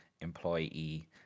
employee